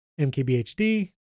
MKBHD